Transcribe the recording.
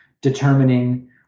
determining